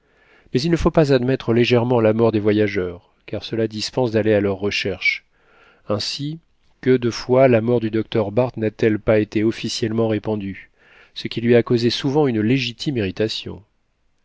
mais il ne faut pas admettre légèrement la mort des voyageurs car cela dispense d'aller à leur recherche ainsi que de fois la mort du docteur barth n'a-t-elle pas été officiellement répandue ce qui lui a causé souvent une légitime irritation